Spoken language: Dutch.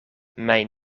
mijn